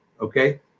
Okay